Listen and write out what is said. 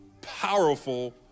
powerful